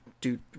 Dude